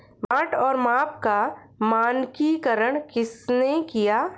बाट और माप का मानकीकरण किसने किया?